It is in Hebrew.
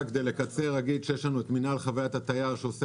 כדי לקצר אני אגיד שיש לנו מינהל חוויית התייר שעושה